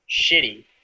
shitty